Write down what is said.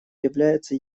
остается